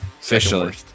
Officially